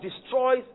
destroys